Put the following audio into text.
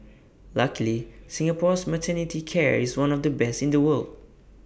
luckily Singapore's maternity care is one of the best in the world